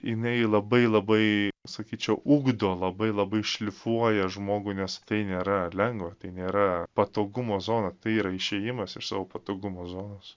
jinai labai labai sakyčiau ugdo labai labai šlifuoja žmogų nes tai nėra lengva tai nėra patogumo zona tai yra išėjimas iš savo patogumo zonos